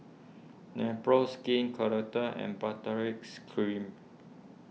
Nepro Skin and Baritex Cream